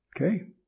Okay